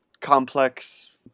complex